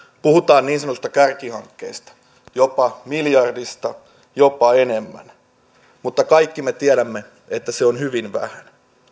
puhutaan niin sanotuista kärkihankkeista jopa miljardista jopa enemmästä mutta kaikki me tiedämme että se on hyvin vähän